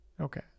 Okay